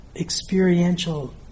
experiential